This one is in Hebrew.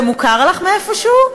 זה מוכר לך מאיפה שהוא?